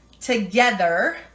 together